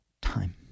time